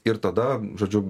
ir tada žodžiu